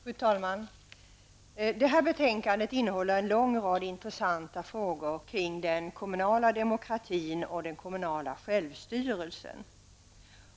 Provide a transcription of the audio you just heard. Fru talman! Det här betänkandet innehåller en lång rad intressanta frågor kring den kommunala demokratin och den kommunala självstyrelsen.